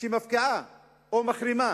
שמפקיעה או מחרימה